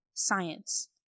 Science